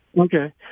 Okay